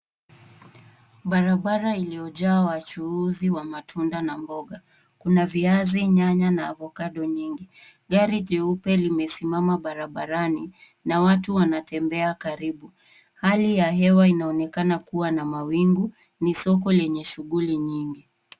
Barabara iliyojaa wachuuzi wa matunda na mboga. Kuna viazi, nyanya na avocado nyingi. Gari jeupe limesimama barabarani na watu wanatembea karibu. Hali ya hewa inaonekana kuwa na mawingu. Ni soko lenye shughuli nyingi.